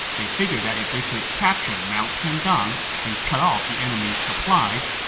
they figured that if they could capture mount tiandang and cut off the enemy's supplies,